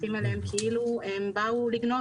מתייחסים אליהם כאילו הם באו לגנוב